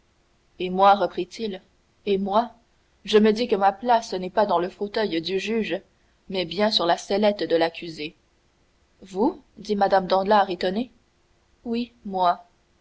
et moi reprit-il et moi je me dis que ma place n'est pas dans le fauteuil du juge mais bien sur la sellette de l'accusé vous dit mme danglars étonnée oui moi